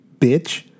bitch